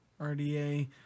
RDA